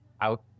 out